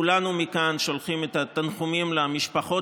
כולנו מכאן שולחים את התנחומים למשפחות